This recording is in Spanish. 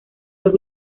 los